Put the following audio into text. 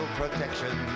protection